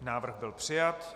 Návrh byl přijat.